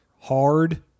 Hard